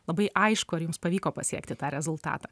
labai aišku ar jums pavyko pasiekti tą rezultatą